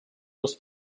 les